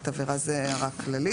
זו הערה כללית.